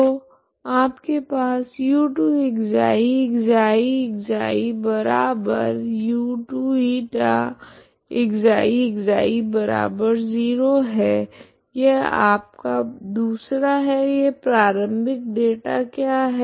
तो आपके पास u2ξξξ−u2ηξξ0 है यह आपका दूसरा है यह प्रारम्भिक डेटा क्या है